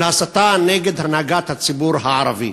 של הסתה נגד הנהגת הציבור הערבי.